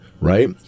right